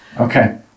Okay